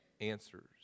answers